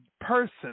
person